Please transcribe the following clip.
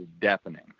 deafening